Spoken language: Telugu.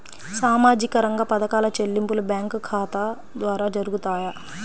సామాజిక రంగ పథకాల చెల్లింపులు బ్యాంకు ఖాతా ద్వార జరుగుతాయా?